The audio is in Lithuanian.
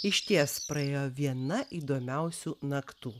išties praėjo viena įdomiausių naktų